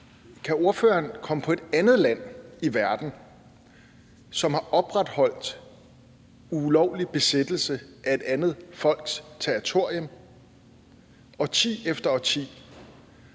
Kan ordføreren komme på et andet land i verden, som har opretholdt en ulovlig besættelse af et andet folks territorium årti efter årti,